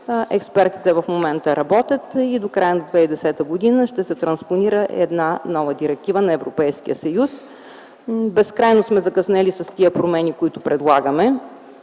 Експертите работят в момента и до края на 2010 г. ще се транспонира една нова директива на Европейския съюз. Безкрайно сме закъснели с тези промени, които предлагаме,